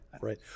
right